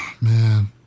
Man